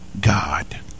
God